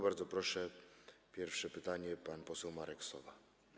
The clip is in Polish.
Bardzo proszę, pierwsze pytanie zada pan poseł Marek Sowa.